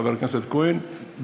חבר הכנסת כהן,